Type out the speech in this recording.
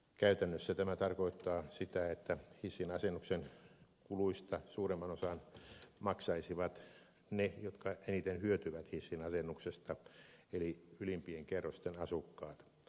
käytännössä tämä tarkoittaa sitä että hissin asennuksen kuluista suuremman osan maksaisivat ne jotka eniten hyötyvät hissin asennuksesta eli ylimpien kerrosten asukkaat